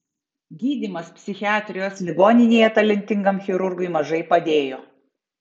gydymas psichiatrijos ligoninėje talentingam chirurgui mažai padėjo